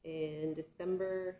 and december